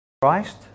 Christ